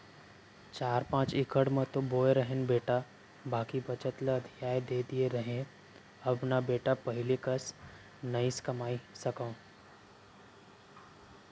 चार पॉंच इकड़ म तो बोए रहेन बेटा बाकी बचत ल अधिया दे दिए रहेंव अब न बेटा पहिली कस नइ कमाए सकव